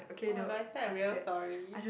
oh-my-god is that a real story